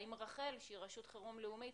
האם רח"ל, שהיא רשות חירום לאומית,